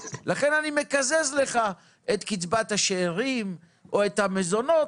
לכן אני מקזז לך את קצבת השארים או את המזונות